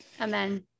Amen